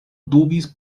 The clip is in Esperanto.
dubis